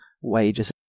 wages